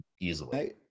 easily